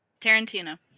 Tarantino